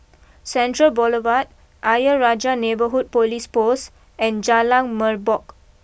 Central Boulevard Ayer Rajah Neighbourhood police post and Jalan Merbok